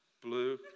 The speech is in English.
blue